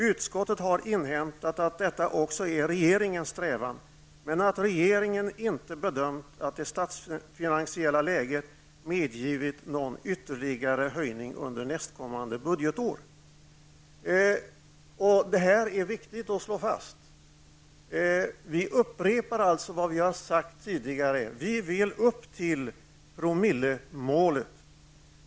Utskottet har inhämtat att detta också är regeringens strävan, men att regeringen inte bedömt att det statsfinansiella läget medgivit någon ytterligare höjning under nästkommande budgetår.'' Det här är viktigt att slå fast. Vi upprepar alltså vad vi har sagt tidigare. Vi vill upp till promillemålet.